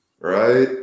right